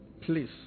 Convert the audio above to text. please